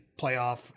playoff